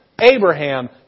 Abraham